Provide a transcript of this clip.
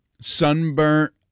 sunburnt